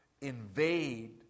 invade